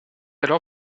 alors